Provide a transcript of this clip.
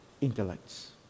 intellects